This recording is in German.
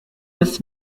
des